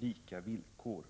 ”lika villkor”.